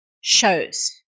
shows